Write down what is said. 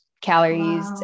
calories